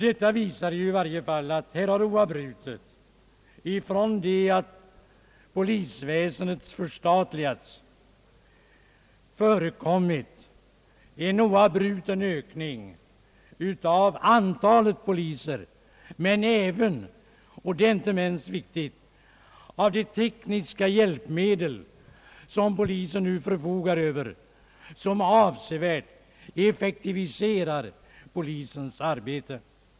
Detta visar att det efter polisväsendets förstatligande har skett en oavbruten ökning av antalet poliser. Det har dessutom, vilket inte är det minst viktiga, samtidigt skett en kraftig ökning av de tekniska hjälpmedlen till polisens förfogande, vilka avsevärt effektiviserar polisens arbete.